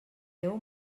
deu